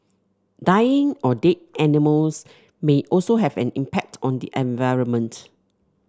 dying or dead animals may also have an impact on the environment